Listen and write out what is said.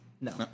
No